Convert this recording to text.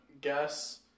guess